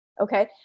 okay